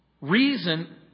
Reason